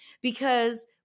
because-